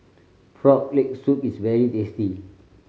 Frog Leg Soup is very tasty